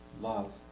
love